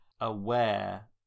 aware